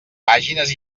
pàgines